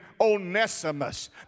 Onesimus